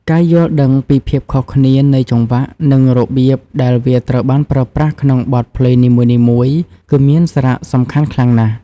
ការយល់ដឹងពី ភាពខុសគ្នានៃចង្វាក់ និងរបៀបដែលវាត្រូវបានប្រើប្រាស់ក្នុងបទភ្លេងនីមួយៗ គឺមានសារៈសំខាន់ខ្លាំងណាស់។